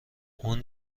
اون